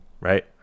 right